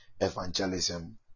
evangelism